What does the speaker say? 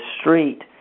street